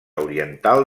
oriental